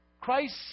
Christ